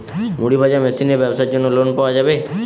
মুড়ি ভাজা মেশিনের ব্যাবসার জন্য লোন পাওয়া যাবে?